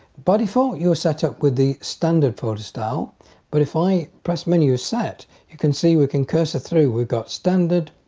by default you're setup with the standard photo style but if i press menu set you can see we can cursor through we've got standard,